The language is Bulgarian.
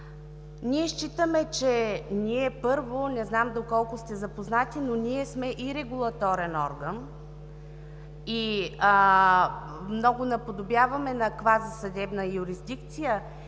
считаме, че, първо, не знам доколко сте запознати, но ние сме и регулаторен орган и много наподобяваме на квази съдебна юрисдикция.